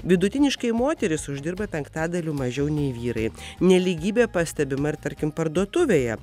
vidutiniškai moterys uždirba penktadaliu mažiau nei vyrai nelygybė pastebima ir tarkim parduotuvėje